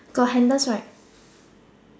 got handles right